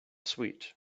sweet